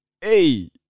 hey